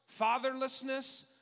fatherlessness